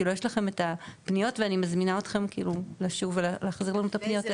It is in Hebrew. יש לכם את הפניות ואני מזמינה אתכם להחזיר את הפניות שצריך.